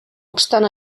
obstant